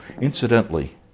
Incidentally